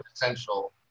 potential